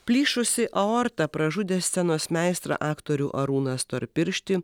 plyšusi aorta pražudė scenos meistrą aktorių arūną storpirštį